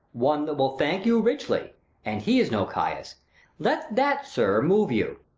one that will thank you richly and he is no chiaus let that, sir, move you.